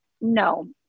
No